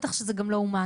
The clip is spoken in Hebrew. בטח שזה גם לא הומני.